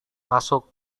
masuk